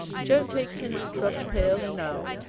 joan takes her neat-rubb'd pail, and now,